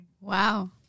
Wow